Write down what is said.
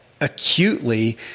acutely